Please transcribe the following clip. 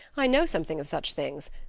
i know something of such things.